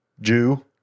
Jew